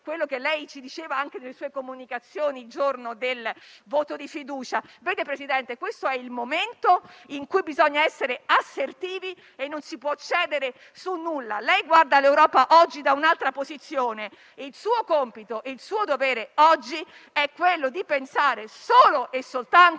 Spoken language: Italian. come lei ha detto anche nelle sue comunicazioni il giorno del voto di fiducia. Presidente, questo è il momento in cui bisogna essere assertivi e non si può cedere su nulla. Lei guarda l'Europa, oggi, da un'altra posizione. Il suo compito e il suo dovere, oggi, è pensare solo e soltanto